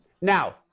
Now